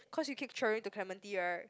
cause you keep travelling to Clementi right